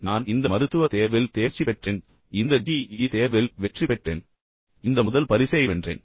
பின்னர் நான் இந்த மருத்துவ தேர்வில் தேர்ச்சி பெற்றேன் இந்த ஜி இ தேர்வில் வெற்றி பெற்றேன் நான் இந்த முதல் பரிசை வென்றேன்